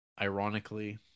Ironically